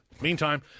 Meantime